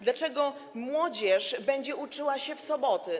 Dlaczego młodzież będzie uczyła się w soboty?